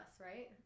right